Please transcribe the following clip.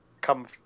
come